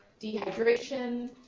dehydration